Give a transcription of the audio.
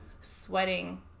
sweating